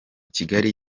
kigali